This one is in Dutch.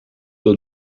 door